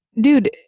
dude